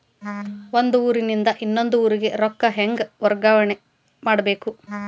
ಒಂದ್ ಊರಿಂದ ಇನ್ನೊಂದ ಊರಿಗೆ ರೊಕ್ಕಾ ಹೆಂಗ್ ವರ್ಗಾ ಮಾಡ್ಬೇಕು?